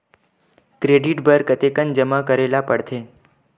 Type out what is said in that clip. Credit बर कतेकन जमा करे ल पड़थे?